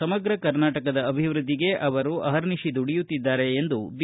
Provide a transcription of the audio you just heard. ಸಮಗ್ರ ಕರ್ನಾಟಕದ ಅಭಿವೃದ್ಧಿಗೆ ಅವರು ಅಹರ್ನಿಶ ದುಡಿಯುತ್ತಿದ್ದಾರೆ ಎಂದು ಬಿ